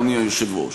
אדוני היושב-ראש: